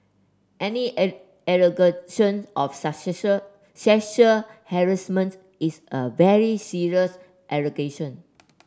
any air allegation of sexual harassment is a very serious allegation